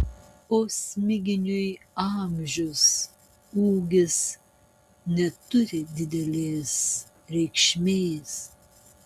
o smiginiui amžius ūgis neturi didelės reikšmės